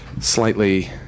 slightly